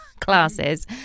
classes